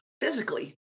physically